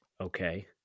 Okay